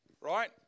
right